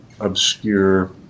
obscure